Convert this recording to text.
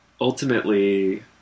ultimately